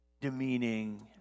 demeaning